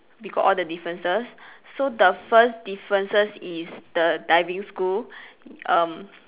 we got all the differences so the first differences is the diving school um